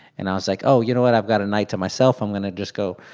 and i was like, oh, you know what? i've got a night to myself i'm going to just go.